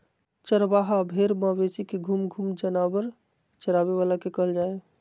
चरवाहा भेड़ मवेशी के घूम घूम जानवर चराबे वाला के कहल जा हइ